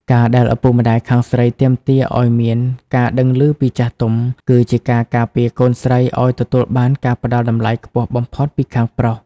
ការដែលឪពុកម្ដាយខាងស្រីទាមទារឱ្យមាន "ការដឹងឮពីចាស់ទុំ" គឺជាការការពារកូនស្រីឱ្យទទួលបានការផ្ដល់តម្លៃខ្ពស់បំផុតពីខាងប្រុស។